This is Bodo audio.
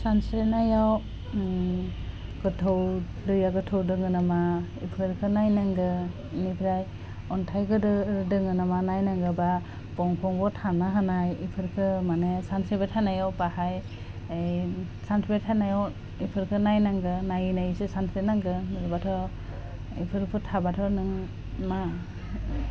सानस्रिनायाव ओम गोथौ दैया गोथौ दङ नामा इफोरखो नायनांगो बिनिफ्राय अन्थाइ गोदोर गोदोर दङ नामा नायनांगौ बाह बफांफर थानो हानाय एफोरखो मानि सानस्रिबाय थानायाव बाहाय ओएम सानस्रिबाय थानायाव एफोरखो नायनांगो नायै नायैसो सानस्रि नांगो नङाबाथ' एफोरफोर थाबाथ' नों मा